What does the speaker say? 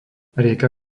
rieka